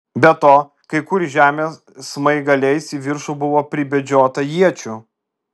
be to kai kur į žemę smaigaliais į viršų buvo pribedžiota iečių